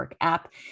app